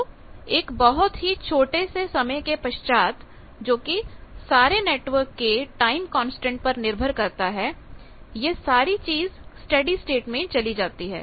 तो एक बहुत ही छोटे से समय के पश्चात जो कि सारे नेटवर्क के टाइम कांस्टेंट पर निर्भर करता है यह सारी चीज स्टेडी स्टेट में चली जाती है